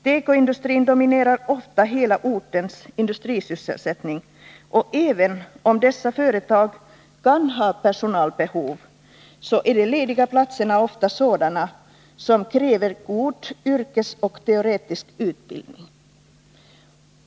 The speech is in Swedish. Tekoindustrin dominerar ofta hela ortens industrisysselsättning, och även om dessa företag kan ha personalbehov, så är de lediga platserna ofta sådana som kräver god yrkesutbildning och teoretisk utbildning.